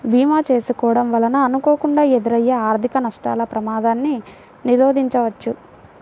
భీమా చేసుకోడం వలన అనుకోకుండా ఎదురయ్యే ఆర్థిక నష్టాల ప్రమాదాన్ని నిరోధించవచ్చు